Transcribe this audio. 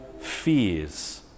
fears